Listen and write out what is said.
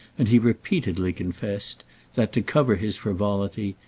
and he repeatedly confessed that, to cover his frivolity,